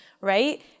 right